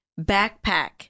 backpack